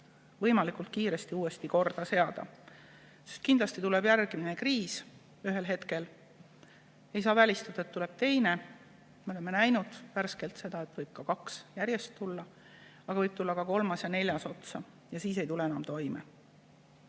võimalikult kiiresti uuesti korda seada. Kindlasti tuleb ühel hetkel järgmine kriis ja ei saa välistada, et tuleb ka teine. Me oleme näinud värskelt seda, et võib ka kaks järjest tulla, aga võib tulla ka kolmas ja neljas otsa. Ja siis ei tule enam toime.